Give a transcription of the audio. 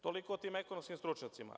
Toliko o tim ekonomskim stručnjacima.